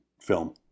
film